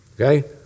Okay